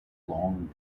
long